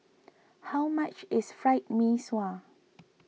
how much is Fried Mee Sua